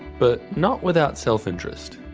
but not without self-interest.